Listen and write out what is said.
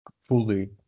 fully